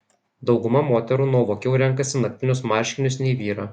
dauguma moterų nuovokiau renkasi naktinius marškinius nei vyrą